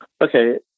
Okay